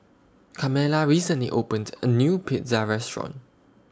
Carmella recently opened A New Pizza Restaurant